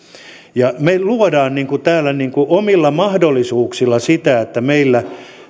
me luomme täällä omilla mahdollisuuksillamme sitä että meillä